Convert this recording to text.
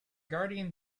guardian